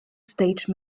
stage